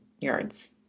yards